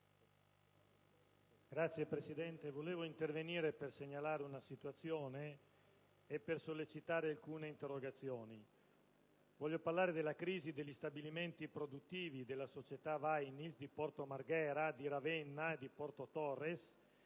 Signor Presidente, volevo intervenire per segnalare una situazione e per sollecitare la risposta ad alcune interrogazioni. Voglio parlare della crisi degli stabilimenti produttivi della società Vinyls di Porto Marghera, di Ravenna e di Porto Torres.